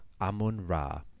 Amun-Ra